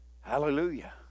Hallelujah